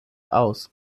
aus